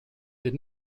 did